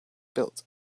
built